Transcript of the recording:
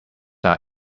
are